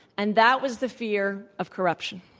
and that was the fear of corruption.